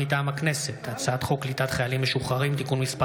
מטעם הכנסת: הצעת חוק קליטת חיילים משוחררים (תיקון מס'